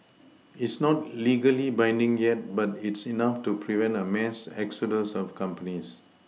it's not legally binding yet but it's enough to prevent a mass exodus of companies